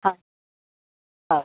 હાં હાં